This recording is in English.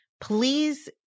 Please